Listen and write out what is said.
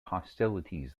hostilities